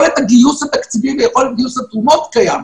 יכולת גיוס התקציבים ויכולת גיוס התרומות קיים.